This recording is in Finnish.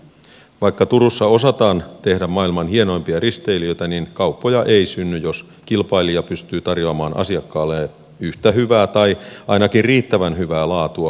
vaikka turussa osataan tehdä maailman hienoimpia risteilijöitä niin kauppoja ei synny jos kilpailija pystyy tarjoamaan asiakkaalle yhtä hyvää tai ainakin riittävän hyvää laatua alempaan hintaan